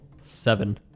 seven